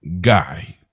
guy